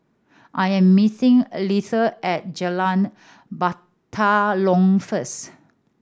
I am meeting a Leatha at Jalan Batalong first